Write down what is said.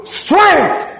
strength